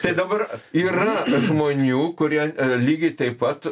tai dabar yra žmonių kurie lygiai taip pat